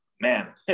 Man